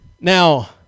Now